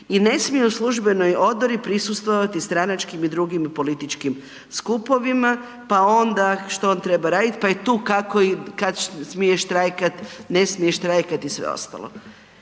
i ne smiju u službenoj odori prisustvovati stranačkim i drugim političkim skupovima, pa onda što on treba raditi, pa je tu kako i kada smije štrajkat, ne smije štrajkat i sve ostalo.